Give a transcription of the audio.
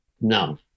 No